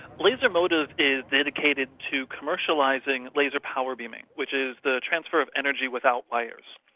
lasermotive is dedicated to commercialising laser power beaming, which is the transfer of energy without wires.